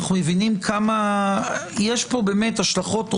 יש פה השלכות רוחב.